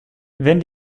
wenn